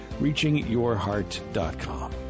reachingyourheart.com